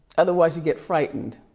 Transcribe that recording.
otherwise you get frightened.